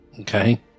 Okay